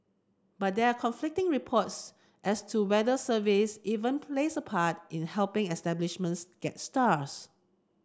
but there are conflicting reports as to whether service even plays a part in helping establishments get stars